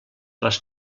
les